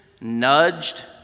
nudged